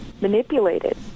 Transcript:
manipulated